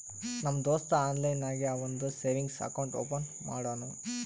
ನಮ್ ದೋಸ್ತ ಆನ್ಲೈನ್ ನಾಗೆ ಅವಂದು ಸೇವಿಂಗ್ಸ್ ಅಕೌಂಟ್ ಓಪನ್ ಮಾಡುನೂ